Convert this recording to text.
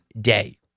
day